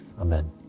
Amen